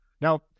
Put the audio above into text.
Now